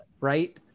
right